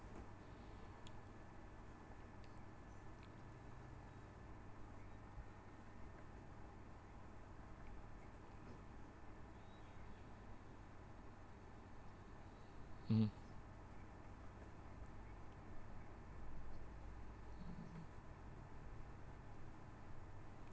mm